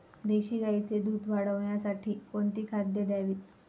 देशी गाईचे दूध वाढवण्यासाठी कोणती खाद्ये द्यावीत?